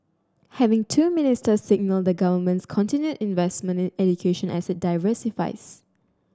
having two ministers signal the Government's continued investment in education as it diversifies